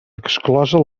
exclosa